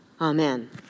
Amen